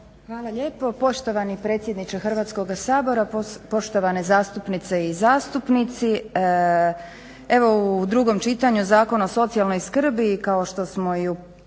Hvala lijepo poštovani predsjedniče Hrvatskoga sabora. Poštovane zastupnice i zastupnici. Evo u drugom čitanju Zakon o socijalnoj skrbi kao što smo i u